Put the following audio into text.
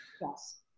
Yes